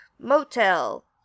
Motel